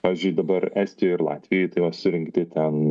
pavyzdžiui dabar estijoj ir latvijoj tai va surinkti ten